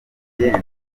yenda